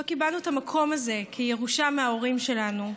לא קיבלנו את המקום הזה, כירושה מההורים שלנו,